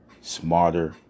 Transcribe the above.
smarter